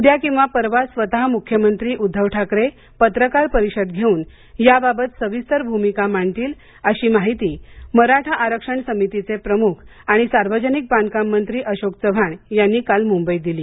उद्या किंवा परवा स्वतः मुख्यमंत्री उद्दव ठाकरे पत्रकार परिषद घेऊन याबाबत सविस्तर भूमिका मांडतील अशी माहिती मराठा आरक्षण समितीचे प्रमुख आणि सार्वजनिक बांधकाम मंत्री अशोक चव्हाण यांनी काल मुंबईत दिली